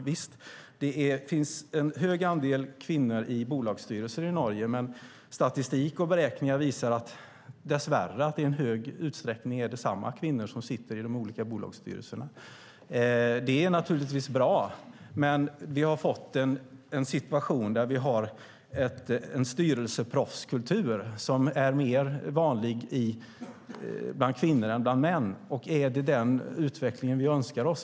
Visst finns det en hög andel kvinnor i bolagsstyrelser i Norge, men statistik och beräkningar visar dess värre att det i hög utsträckning är samma kvinnor som sitter i de olika bolagsstyrelserna. Det är naturligtvis bra, men det har lett till en situation där vi har en styrelseproffskultur som är mer vanlig bland kvinnor än bland män. Är det den utvecklingen som vi önskar oss?